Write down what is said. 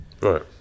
Right